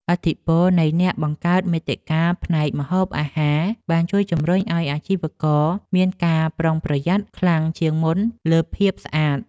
ឥទ្ធិពលនៃអ្នកបង្កើតមាតិកាផ្នែកម្ហូបអាហារបានជួយជម្រុញឱ្យអាជីវករមានការប្រុងប្រយ័ត្នខ្លាំងជាងមុនលើភាពស្អាត។